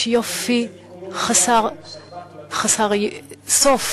יש יופי ללא סוף